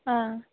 आं